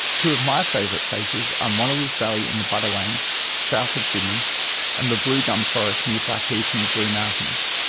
two of my favourite places are monolith valley in the budawangs south of sydney and the blue gum forest near blackheath in the blue mountains.